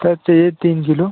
sir चाहिए तीन kilo